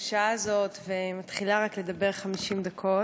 בשעה הזאת ומתחילה רק לדבר 50 דקות,